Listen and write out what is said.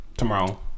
Tomorrow